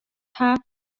hawwe